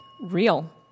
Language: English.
real